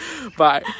Bye